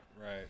right